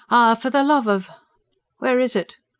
ah, for the love of where is it?